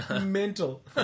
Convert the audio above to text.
mental